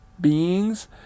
beings